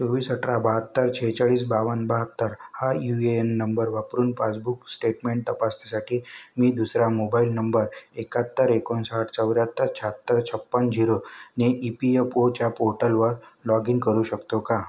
चोवीस अठरा बहात्तर शेहेचाळीस बावन्न बहात्तर हा यू ए एन नंबर वापरून पासबुक स्टेटमेंट तपासणीसाठी मी दुसरा मोबाईल नंबर एकाहत्तर एकोणसाठ चौऱ्याहत्तर शहात्तर छप्पन्न झिरो ने ई पी यफ ओच्या पोर्टलवर लॉग इन करू शकतो का